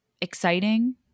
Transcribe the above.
exciting